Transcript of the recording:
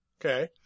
Okay